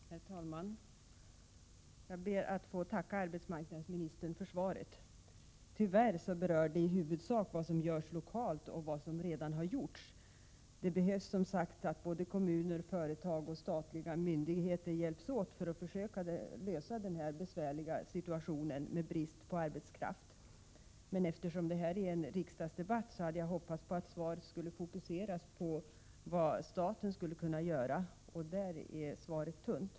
Herr talman! Jag ber att få tacka arbetsmarknadsministern för svaret. Tyvärr berör svaret i huvudsak vad som kan göras lokalt och vad som redan har gjorts. Det behövs, som sagt, att både kommuner, företag och statliga myndigheter hjälps åt för att gemensamt försöka lösa denna mycket besvärliga situation som uppstått på grund av att det föreligger brist på arbetskraft. Eftersom det här är en riksdagsdebatt hade jag hoppats att svaret skulle fokuseras på vad staten skulle kunna göra, men i det avseendet är svaret tunt.